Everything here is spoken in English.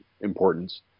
importance